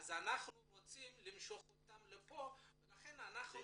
אז אנחנו רוצים למשוך אותם לפה ולכן אנחנו